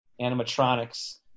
animatronics